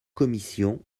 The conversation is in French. commission